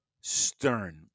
Stern